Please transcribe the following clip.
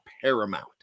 paramount